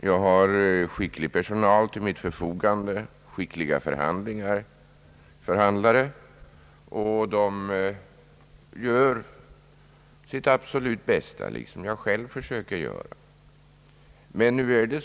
Jag har skicklig personal till mitt förfogande, skickliga förhandlare, och de gör sitt absolut bästa, liksom jag själv försöker göra det.